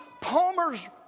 Palmer's